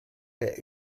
der